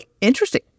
interesting